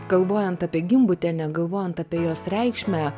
galvojant apie gimbutienę galvojant apie jos reikšmę